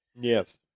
Yes